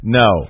no